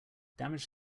damage